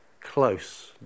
close